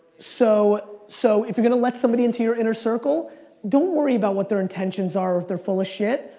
so so if you're gonna let somebody into your inner circle don't worry about what their intentions are, if they're full of shit,